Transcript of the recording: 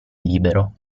libero